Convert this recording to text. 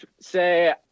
say